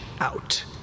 out